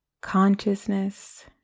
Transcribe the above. consciousness